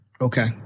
okay